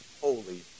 holy